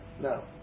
No